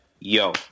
yo